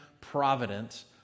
providence